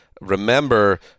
Remember